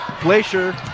Glacier